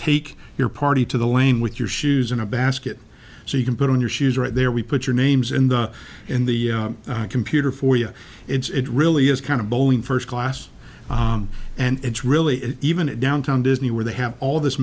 take your party to the lane with your shoes in a basket so you can put on your shoes right there we put your names in the in the computer for you it's really is kind of bowling first class and it's really it's even a downtown disney where they have all this